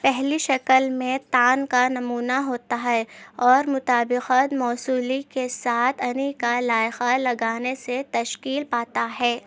پہلی شکل میں تان کا نمونہ ہوتا ہے اور مطابقت موصولی کے ساتھ انی کا لاحقہ لگانے سے تشکیل پاتا ہے